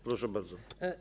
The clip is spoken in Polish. Proszę bardzo.